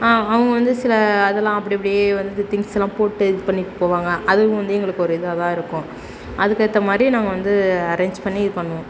அவங்க வந்து சில இதெல்லாம் அப்படி அப்படியே வந்து திங்ஸ்ஸெல்லாம் போட்டு இது பண்ணிட்டு போவாங்க அதுவும் வந்து எங்களுக்கு ஒரு இதாக தான் இருக்கும் அதுக்கேற்ற மாதிரி நாங்கள் வந்து அரேஞ்ச் பண்ணி இது பண்ணுவோம்